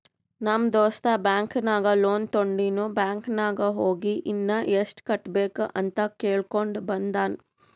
ನಮ್ ದೋಸ್ತ ಬ್ಯಾಂಕ್ ನಾಗ್ ಲೋನ್ ತೊಂಡಿನು ಬ್ಯಾಂಕ್ ನಾಗ್ ಹೋಗಿ ಇನ್ನಾ ಎಸ್ಟ್ ಕಟ್ಟಬೇಕ್ ಅಂತ್ ಕೇಳ್ಕೊಂಡ ಬಂದಾನ್